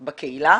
בקהילה,